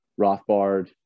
Rothbard